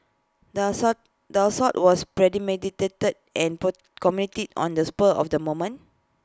the assault the assault was premeditated and put committed on A spur of the moment